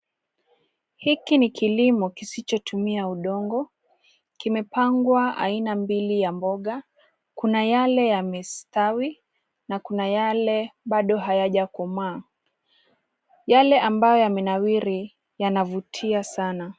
Hiki ni kilimo kisichotumia udongo. Kimepangwa aina mbili ya mboga. Kuna yake yamestawi na kuna yale Bado hayajakoma. Yake ambayo yamenawiri yanavutia sana.